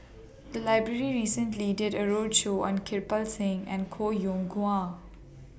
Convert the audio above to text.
The Library recently did A roadshow on Kirpal Singh and Koh Yong Guan